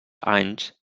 anys